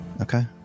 Okay